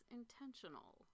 intentional